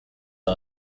aho